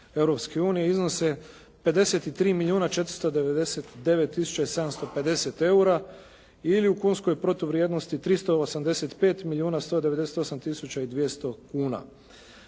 iznose 53 milijuna 499 tisuća i 750 eura ili u kunskoj protuvrijednosti 385 milijuna 198 tisuća i 200 kuna